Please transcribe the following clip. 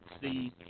see